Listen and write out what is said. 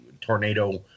tornado